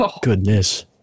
Goodness